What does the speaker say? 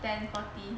ten forty